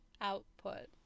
output